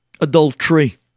adultery